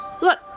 Look